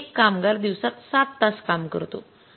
आणि एक कामगार दिवसात 7 तास काम करतो